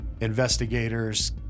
Investigators